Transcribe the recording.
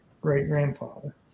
great-grandfather